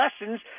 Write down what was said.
lessons